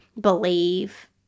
believe